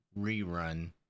rerun